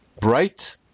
bright